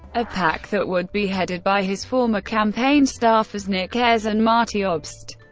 a pac that would be headed by his former campaign staffers nick ayers and marty obst.